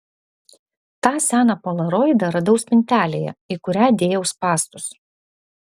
tą seną polaroidą radau spintelėje į kurią dėjau spąstus